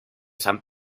san